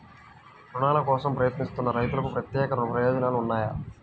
రుణాల కోసం ప్రయత్నిస్తున్న రైతులకు ప్రత్యేక ప్రయోజనాలు ఉన్నాయా?